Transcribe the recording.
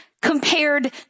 compared